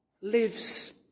lives